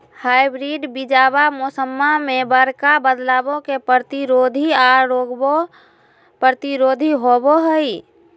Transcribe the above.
hybrid बीजावा मौसम्मा मे बडका बदलाबो के प्रतिरोधी आ रोगबो प्रतिरोधी होबो हई